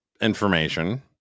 information